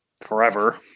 forever